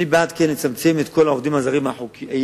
אני בעד כן לצמצם את כל העובדים הזרים החוקיים,